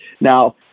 Now